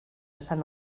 esan